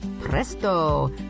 presto